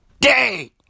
day